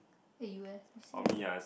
hey you leh it's here